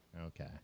Okay